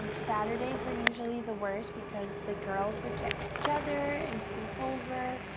um saturdays were usually the worst because the girls would get together and sleep over.